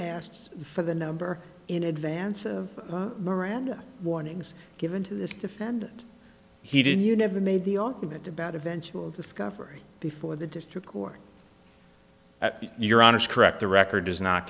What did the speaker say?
asked for the number in advance of miranda warnings given to this defendant he didn't you never made the argument about eventual discovery before the district court at your honour's correct the record does not